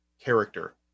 character